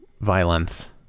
violence